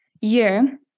year